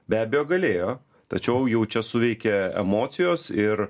be abejo galėjo tačiau jau čia suveikė emocijos ir